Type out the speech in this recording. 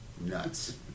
Nuts